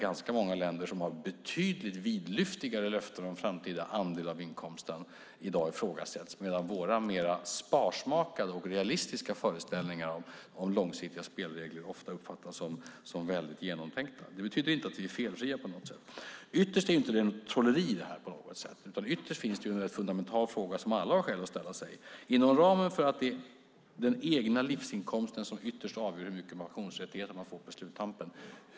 Ganska många länder som har betydligt vidlyftigare löften om framtida andel av inkomsten ifrågasätts i dag, medan våra mer sparsmakade och realistiska föreställningar om långsiktiga spelregler ofta uppfattas som väldigt genomtänkta. Det betyder inte att vi är felfria. Det här är inte på något sätt något trolleri, utan det finns en fundamental fråga som alla har skäl att ställa sig inom ramen för att det är den egna livsinkomsten som ytterst avgör hur mycket pensionsrättigheter man får på sluttampen.